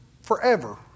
forever